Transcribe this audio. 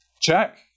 Check